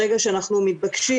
ברגע שאנחנו מתבקשים,